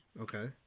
Okay